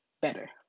better